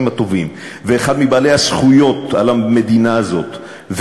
שהוא אחד השרים הטובים ואחד מבעלי הזכויות על המדינה הזאת,